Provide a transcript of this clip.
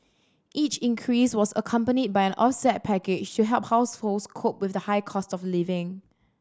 each increase was accompanied by an offset package to help households cope with the highcost of living